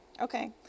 Okay